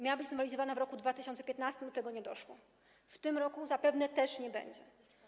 Miała być znowelizowana w roku 2015, ale do tego nie doszło i w tym roku zapewne też nie dojdzie.